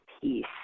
peace